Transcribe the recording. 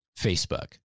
Facebook